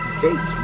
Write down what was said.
base